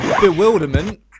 bewilderment